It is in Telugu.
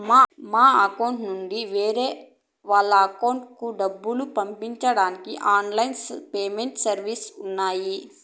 మన అకౌంట్ నుండి వేరే వాళ్ళ అకౌంట్ కూడా డబ్బులు పంపించడానికి ఆన్ లైన్ పేమెంట్ సర్వీసెస్ ఉన్నాయి